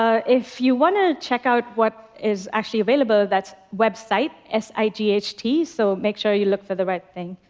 ah if you want to check out what is actually available, that's websight, s i g h t, so make sure you look for the right thing.